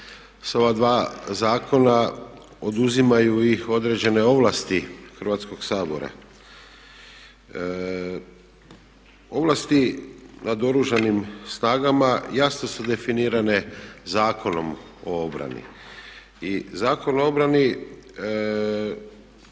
s ova dva zakona oduzimaju i određene ovlasti Hrvatskog sabora. Ovlasti nad Oružanim snagama jasno su definirane Zakonom o obrani. I Zakon o obrani